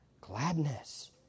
Gladness